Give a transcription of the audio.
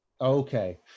Okay